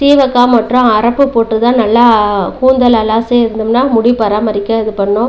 சீகக்கா மற்றும் அரைப்பு போட்டு தான் நல்லா கூந்தல் அலாசி இருந்தோம்னா முடி பராமரிக்க இது பண்ணணும்